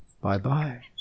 Bye-bye